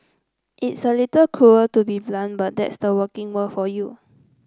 it's a little cruel to be blunt but that's the working world for you